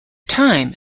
time